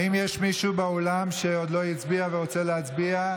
האם יש מישהו באולם שעוד לא הצביע ורוצה להצביע?